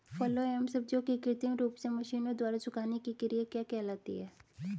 फलों एवं सब्जियों के कृत्रिम रूप से मशीनों द्वारा सुखाने की क्रिया क्या कहलाती है?